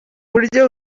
buryo